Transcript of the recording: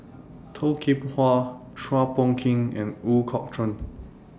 Toh Kim Hwa Chua Phung Kim and Ooi Kok Chuen